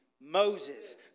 Moses